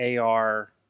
AR